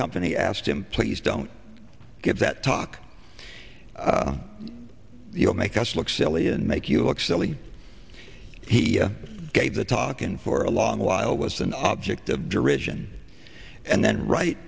company asked him please don't give that talk you know make us look silly and make you look silly he gave the talking for a long while was an object of derision and then right